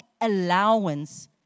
allowance